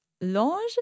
longe